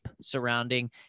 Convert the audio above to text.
surrounding